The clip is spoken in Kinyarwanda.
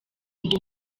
ndi